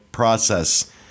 process